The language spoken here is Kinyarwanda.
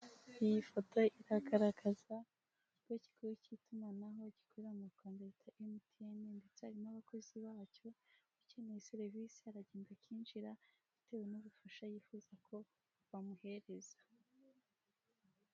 Iyi foto iragaragaza ikigo k'igihugu k'itumanaho gifunguye ndetse kirimo n'abakozi bacyo ukeneye serivisi ari njira bakamwakira bitewe n'ubufasha yifuza ko bamuhereza.